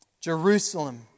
Jerusalem